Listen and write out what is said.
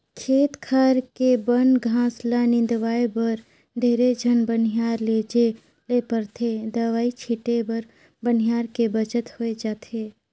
खेत खार के बन घास ल निंदवाय बर ढेरे झन बनिहार लेजे ले परथे दवई छीटे बर बनिहार के बचत होय जाथे